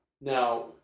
Now